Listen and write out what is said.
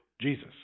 Jesus